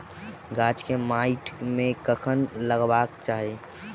गाछ केँ माइट मे कखन लगबाक चाहि?